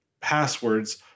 passwords